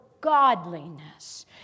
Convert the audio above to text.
godliness